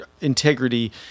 integrity